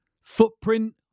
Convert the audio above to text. footprint